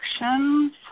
actions